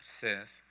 says